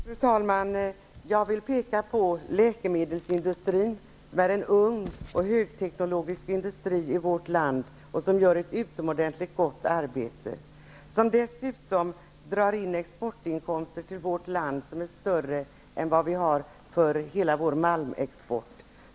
Fru talman! Jag vill påpeka att läkemedelsindustrin, som är en ung och högteknologisk industri i vårt land, utför ett utomorentligt gott arbete. Dessutom drar den in exportinkomster till vårt land som är större än för hela vår malmexport.